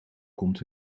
komt